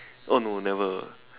oh no never